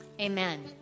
amen